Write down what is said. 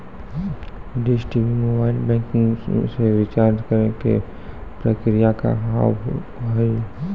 Dish TV mobile banking से recharge करे के प्रक्रिया का हाव हई?